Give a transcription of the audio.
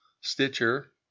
Stitcher